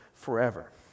forever